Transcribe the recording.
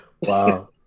Wow